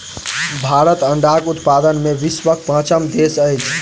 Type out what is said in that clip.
भारत अंडाक उत्पादन मे विश्वक पाँचम देश अछि